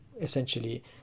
essentially